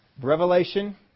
Revelation